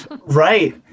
right